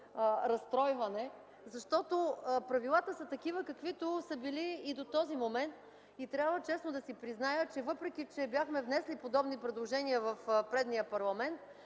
разстройване, защото правилата са такива, каквито са били и до този момент. Трябва честно да си призная, въпреки че бяхме внесли подобни предложения в предния парламент,